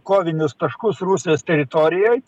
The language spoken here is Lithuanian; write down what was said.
kovinius taškus rusijos teritorijoj